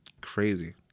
crazy